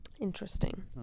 interesting